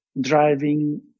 driving